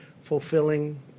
fulfilling